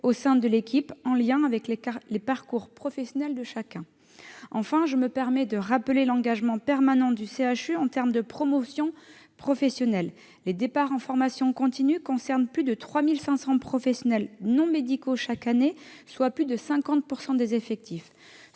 au sein de l'équipe, en lien avec les parcours professionnels de chacun. Enfin, je me permets de rappeler l'engagement permanent du CHU en termes de promotion professionnelle. Les départs en formation continue concernent plus de 3 500 professionnels non médicaux chaque année, soit plus de 50 % des effectifs.